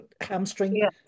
hamstring